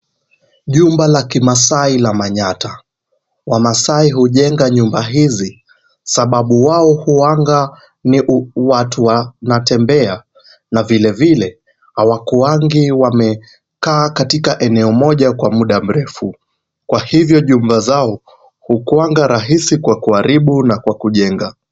Jumba la kimaasai la manyatta . Wamaasai hujenga nyumba hizi sababu wao huwanga ni watu wanatembea na vilevile hawakuangi wamekaa katika eneo moja kwa muda mrefu. kwa hivyo jumba zao hukuanga rahisi kwa kuharibu na kwa kujenga.